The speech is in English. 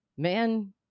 Man